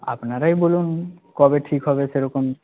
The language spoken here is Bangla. আপনারাই বলুন কবে ঠিক হবে সেরকম